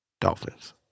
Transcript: Dolphins